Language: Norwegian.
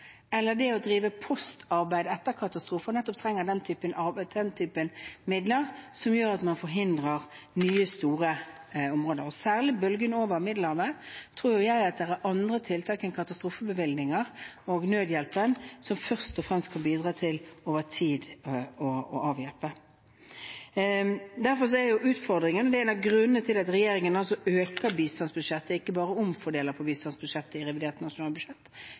eller drive post-arbeid etter katastrofer, trenger man nettopp den type arbeid og den typen midler. Særlig bølgen over Middelhavet tror jeg det er andre tiltak enn katastrofebevilgninger og nødhjelp som først og fremst kan bidra til over tid å avhjelpe. En av grunnene til at regjeringen øker bistandsbudsjettet, ikke bare omfordeler på bistandsbudsjettet i revidert nasjonalbudsjett